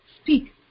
speak